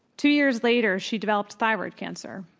two years later, she developed thyroid cancer,